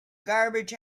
garbage